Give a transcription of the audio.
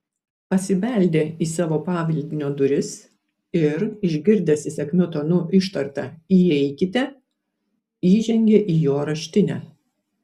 pasibeldė į savo pavaldinio duris ir išgirdęs įsakmiu tonu ištartą įeikite įžengė į jo raštinę